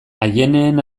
aieneen